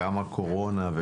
גם הקורונה,